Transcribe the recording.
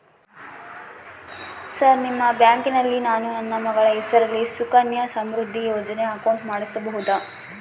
Sir ನಿಮ್ಮ ಬ್ಯಾಂಕಿನಲ್ಲಿ ನಾನು ನನ್ನ ಮಗಳ ಹೆಸರಲ್ಲಿ ಸುಕನ್ಯಾ ಸಮೃದ್ಧಿ ಯೋಜನೆ ಅಕೌಂಟ್ ಮಾಡಿಸಬಹುದಾ?